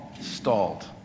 Stalled